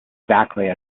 exactly